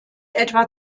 etwa